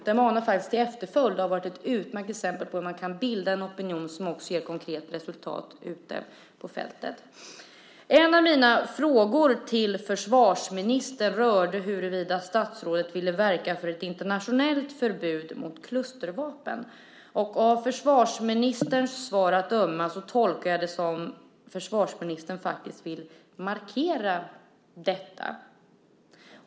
Den manar faktiskt till efterföljd och har varit ett utmärkt exempel på hur man kan bilda en opinion som också ger konkret resultat ute på fältet. En av mina frågor till försvarsministern rörde huruvida statsrådet ville verka för ett internationellt förbud mot klustervapen. Av försvarsministerns svar att döma gör jag tolkningen att försvarsministern faktiskt vill markera detta.